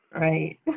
Right